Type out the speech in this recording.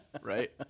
right